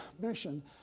mission